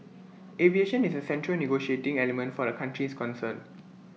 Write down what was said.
aviation is A central negotiating element for the countries concerned